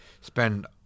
spend